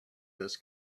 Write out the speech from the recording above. this